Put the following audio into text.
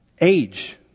age